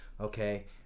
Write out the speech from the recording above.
okay